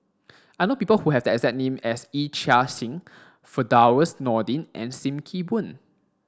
I know people who have the exact name as Yee Chia Hsing Firdaus Nordin and Sim Kee Boon